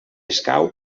escau